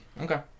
Okay